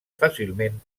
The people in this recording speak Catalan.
fàcilment